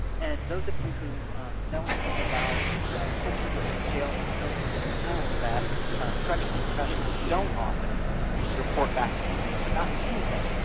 and those of you who know anything about culture within jails and prisons will know that corrections professionals don't often report back to inmates about anything,